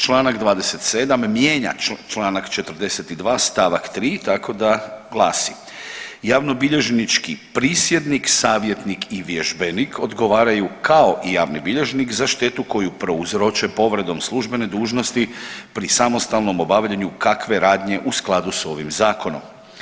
Čl. 27. mijenja čl. 42. st. 3. tako da glasi javnobilježnički prisjednik, savjetnik i vježbenik odgovaraju kao i javni bilježnik za štetu koju prouzroče povredom službene dužnosti pri samostalnom obavljanju kakve radnje u skladu s ovim zakonom.